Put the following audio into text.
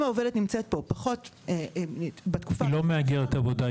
אם העובדת נמצאת פה פחות --- היא לא מהגרת עבודה,